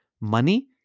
Money